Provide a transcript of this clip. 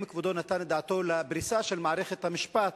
האם כבודו נתן את דעתו לפריסה של מערכת המשפט,